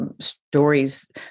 stories